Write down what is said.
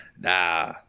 Nah